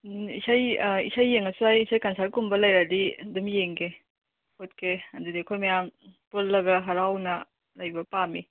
ꯎꯝ ꯏꯁꯩ ꯑꯥ ꯏꯁꯩ ꯌꯦꯡꯉꯁꯨ ꯌꯥꯏ ꯀꯟꯁ꯭ꯔꯠ ꯀꯨꯝꯕ ꯂꯩꯔꯗꯤ ꯑꯗꯨꯝ ꯌꯦꯡꯒꯦ ꯎꯠꯀꯦ ꯑꯗꯨꯗꯤ ꯑꯩꯈꯣꯏ ꯃꯌꯥꯝ ꯄꯨꯜꯂꯒ ꯍꯔꯥꯎꯅ ꯂꯩꯕ ꯄꯥꯝꯃꯤ